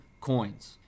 coins